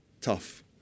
Tough